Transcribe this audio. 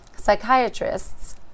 psychiatrists